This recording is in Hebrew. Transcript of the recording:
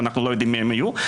שאנחנו לא יודעים מי הם יהיו.